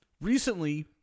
recently